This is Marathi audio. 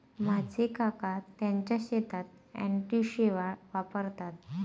माझे काका त्यांच्या शेतात अँटी शेवाळ वापरतात